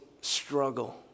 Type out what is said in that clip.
struggle